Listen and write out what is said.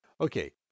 Okay